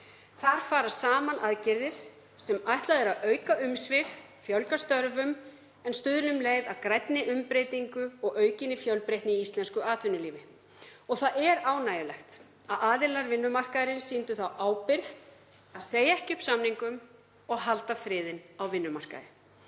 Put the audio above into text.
Þar fara saman aðgerðir sem ætlað er að auka umsvif, fjölga störfum en stuðla um leið að grænni umbreytingu og aukinni fjölbreytni í íslensku atvinnulífi. Það er ánægjulegt að aðilar vinnumarkaðarins sýndu þá ábyrgð að segja ekki upp samningum og halda friðinn á vinnumarkaði.